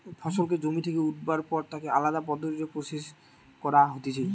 ফসলকে জমি থেকে উঠাবার পর তাকে আলদা পদ্ধতিতে প্রসেস করা হতিছে